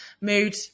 mood